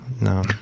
No